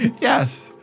Yes